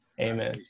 Amen